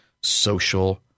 social